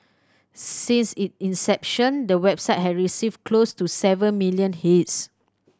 since it inception the website has received close to seven million hits